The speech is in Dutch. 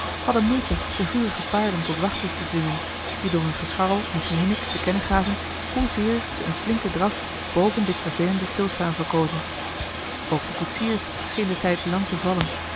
hadden moeite de vurige paarden tot wachten te dwingen die door hun gescharrel en gehinnik te kennen gaven hoezeer ze een flinken draf boven dit vervelende stilstaan verkozen ook den koetsiers scheen de tijd lang te vallen